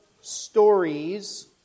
stories